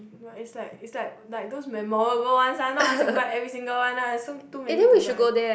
ya it's like it's like those memorable ones lah not ask you buy every single one lah also too many to buy